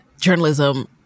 journalism